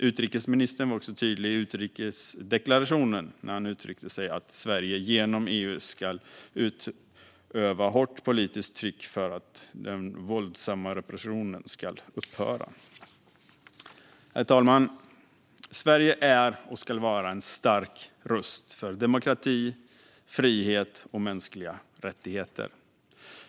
Utrikesministern var också tydlig i utrikesdeklarationen när han uttryckte att Sverige genom EU ska utöva hårt politiskt tryck för att den våldsamma repressionen ska upphöra. Herr talman! Sverige är och ska vara en stark röst för demokrati, frihet och mänskliga rättigheter.